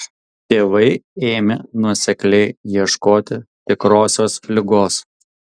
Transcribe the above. tėvai ėmė nuosekliai ieškoti tikrosios ligos